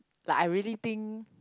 like I really think